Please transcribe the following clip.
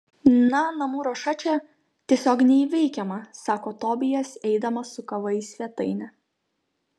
na namų ruoša čia tiesiog neįveikiama sako tobijas eidamas su kava į svetainę